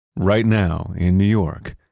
right now in new york,